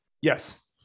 Yes